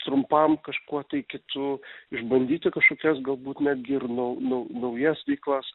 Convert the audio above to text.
trumpam kažkuo tai kitu išbandyti kažkokias galbūt netgi ir nau nau naujas veiklas